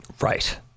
Right